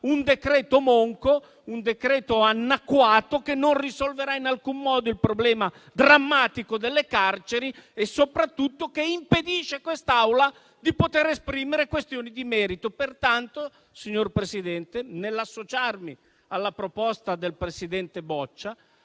un decreto-legge monco e annacquato, che non risolverà in alcun modo il problema drammatico delle carceri e soprattutto che impedisce a quest'Assemblea di esprimersi su questioni di merito. Pertanto, signor Presidente, nell'associarmi alla proposta del presidente Boccia,